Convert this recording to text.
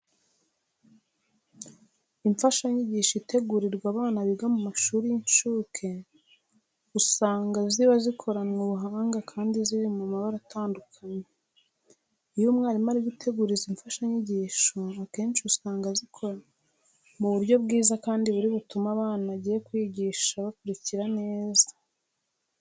Imfashanyigisho itegurirwa abana biga mu mashuri y'incuke usanga ziba zikoranwe ubuhanga kandi ziri mu mabara atandukanye. Iyo umwarimu ari gutegura izi mfashanyigisho akenshi usanga azikora mu buryo bwiza kandi buri butume abana agiye kwigisha bakurikira neza.